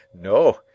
No